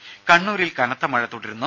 രുമ കണ്ണൂരിൽ കനത്ത മഴ തുടരുന്നു